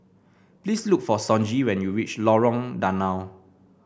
please look for Sonji when you reach Lorong Danau